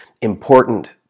important